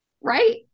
Right